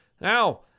Now